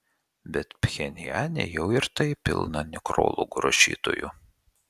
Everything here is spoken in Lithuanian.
bet pchenjane jau ir taip pilna nekrologų rašytojų